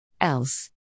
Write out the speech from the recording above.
Else